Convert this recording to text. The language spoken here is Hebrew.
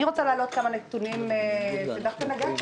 אני רוצה להציג כמה נתונים שדווקא נגעת